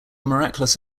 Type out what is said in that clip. miraculous